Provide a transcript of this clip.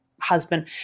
husband